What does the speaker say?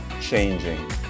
changing